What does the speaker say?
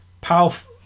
powerful